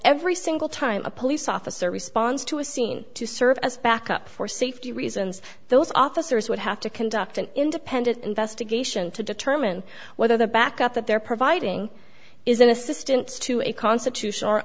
every single time a police officer responds to a scene to serve as backup for safety reasons those officers would have to conduct an independent investigation to determine whether the backup that they're providing is an assistance to a constitut